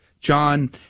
John